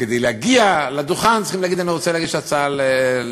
כדי להגיע לדוכן צריכים להגיד: אני רוצה להגיש הצעה לסדר-היום,